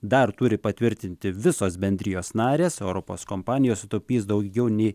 dar turi patvirtinti visos bendrijos narės europos kompanijos sutaupys daugiau nei